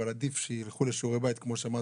אבל עדיף שילכו לשיעורי בית כמו שאמרת,